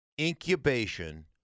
incubation